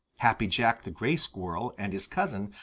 happy jack the gray squirrel and his cousin,